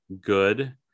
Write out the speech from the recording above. good